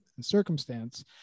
circumstance